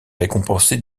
récompensée